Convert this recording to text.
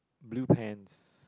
blue pants